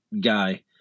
guy